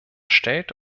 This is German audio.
stellt